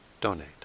donate